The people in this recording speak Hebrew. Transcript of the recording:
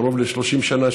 לפני קרוב ל-30 שנה,